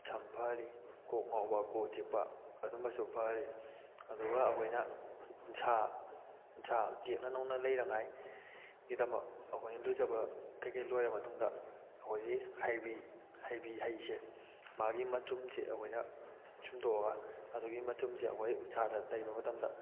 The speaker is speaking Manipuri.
ꯁꯝ ꯐꯍꯜꯂꯤ ꯀꯣꯛ ꯉꯥꯎꯕ ꯀꯣꯛ ꯆꯤꯛꯄ ꯑꯗꯨꯝꯕꯁꯨ ꯐꯍꯜꯂꯤ ꯑꯗꯨꯒ ꯑꯩꯈꯣꯏꯅ ꯎꯟꯁꯥ ꯎꯟꯁꯥ ꯇꯦꯛꯅ ꯅꯧꯅ ꯂꯩꯅꯉꯥꯏ ꯒꯤꯗꯃꯛ ꯑꯩꯈꯣꯏꯅ ꯂꯨꯖꯕ ꯀꯩꯩꯀꯩ ꯂꯣꯏꯔ ꯃꯇꯨꯡꯗ ꯑꯩꯈꯣꯏꯒꯤ ꯍꯩꯕꯤ ꯍꯩꯕꯤ ꯍꯩꯁꯦ ꯃꯥꯒꯤ ꯃꯆꯨꯝꯁꯤ ꯑꯩꯈꯣꯏꯅ ꯁꯨꯝꯇꯣꯛꯑꯒ ꯑꯗꯨꯒꯤ ꯃꯆꯨꯝꯁꯦ ꯑꯩꯈꯣꯏ ꯎꯟꯁꯥꯗ ꯇꯩꯕ ꯃꯇꯝꯗ